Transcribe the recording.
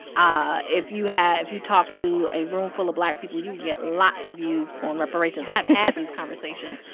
ah if you have if you talked to a room full of black people, you'd get lots of views on reparations i've had these conversations.